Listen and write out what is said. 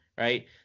Right